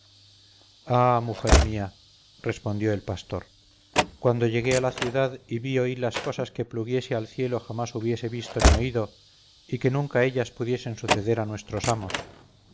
ah mujer mía respondió el pastor cuando llegué a la ciudad vi y oí cosas que pluguiese al cielo jamás hubiese visto ni oído y que nunca ellas pudiesen suceder a nuestros amos